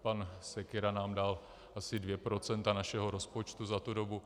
Pan Sekyra nám dal asi dvě procenta našeho rozpočtu za tu dobu.